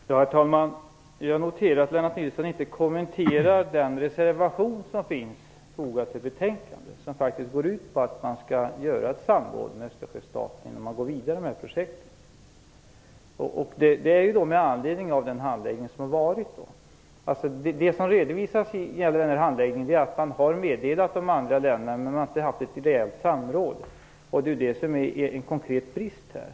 Herr talman! Jag noterar att Lennart Nilsson inte kommenterar den reservation som finns fogad till betänkandet. Den går faktiskt ut på att man skall samråda med Östersjöstaterna innan man går vidare med projektet, och detta med anledning av den handläggning som har varit. Det som redovisas när det gäller den här handläggningen är att man har meddelat de andra länderna, men man har inte haft ett reellt samråd. Det är en konkret brist här.